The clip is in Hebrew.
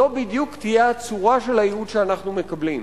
זו בדיוק תהיה הצורה של הייעוץ שאנחנו מקבלים.